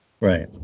Right